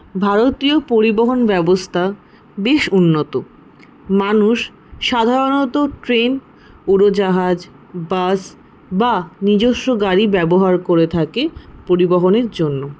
ভারতীয় পরিবহন ব্যবস্থা বেশ উন্নত মানুষ সাধারণত ট্রেন উড়োজাহাজ বাস বা নিজস্ব গাড়ি ব্যবহার করে থাকে পরিবহনের জন্য